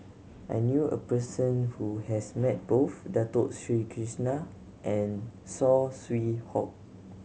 I knew a person who has met both Dato Sri Krishna and Saw Swee Hock